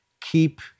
keep